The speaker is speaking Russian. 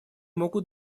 могут